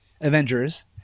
Avengers